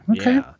Okay